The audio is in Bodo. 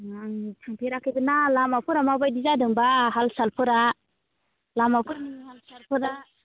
आं थांफेराखैबोना लामाफोरा माबायदि जादोंबा हाल सालफोरा लामाफोरनि हाल सालफोरा